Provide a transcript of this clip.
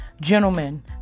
gentlemen